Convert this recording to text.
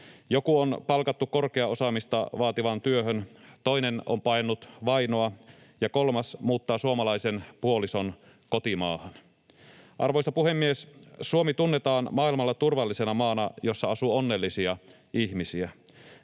Joku on palkattu korkeaa osaamista vaativaan työhön, toinen on paennut vainoa, ja kolmas muuttaa suomalaisen puolison kotimaahan. Arvoisa puhemies! Suomi tunnetaan maailmalla turvallisena maana, jossa asuu onnellisia ihmisiä.